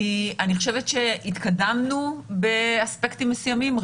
אני חושבת שהתקדמנו באספקטים מסוימים,